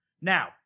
Now